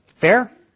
Fair